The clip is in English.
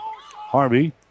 Harvey